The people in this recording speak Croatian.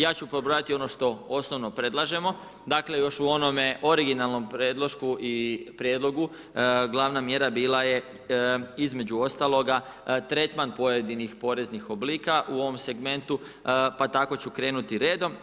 Ja ću pobrojati i ono što osnovno predlažemo, dakle, još u onome originalnom predlošku i prijedlogu, glavna mjera bila je između ostaloga, tretman pojedinih poreznih oblika u ovom segmentu, pa tako ću krenuti redom.